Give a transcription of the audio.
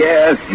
Yes